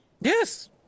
Yes